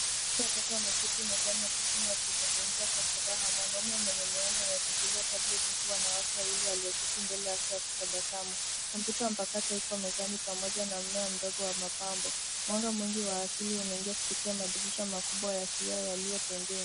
Watu watatu wameketi mezani ya kusini wakizungumza kwa furaha. Mwanaume mwenye miwani anashikilia tablet huku wanawake wawili walioketi mbele yake wakitabasamu. Kompyuta mpakato iko mezani pamoja na mmea mdogo wa mapambo. Mwanga mwingi wa asili unaingia kupitia madirisha makubwa ya kioo yaliyo pembeni.